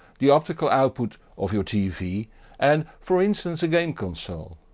the optical output of your tv and for instance a game console.